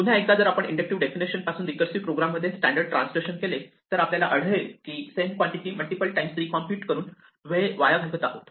पुन्हा एकदा जर आपण इंडक्टिव्ह डेफिनिशनपासून रिकर्सिव्ह प्रोग्राममध्ये स्टॅंडर्ड ट्रान्सलेशन केले तर आपल्याला आढळेल की आपण same quantity multiple times recompute करून वेळ वाया घालवत आहोत